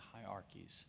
hierarchies